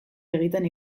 egiten